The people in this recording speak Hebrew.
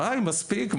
די מספיק,